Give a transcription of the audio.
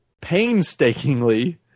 painstakingly